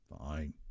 fine